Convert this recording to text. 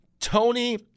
Tony